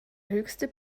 höchste